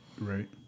right